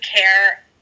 care